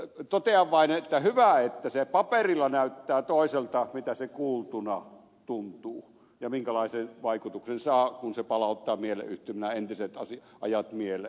totean vaan että hyvä että se paperilla näyttää toiselta kuin miltä se kuultuna tuntuu ja minkälaisen vaikutuksen saa kun se palauttaa mielleyhtymänä entiset ajat mieleen